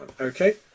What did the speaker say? okay